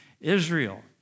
Israel